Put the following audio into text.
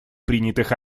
принятых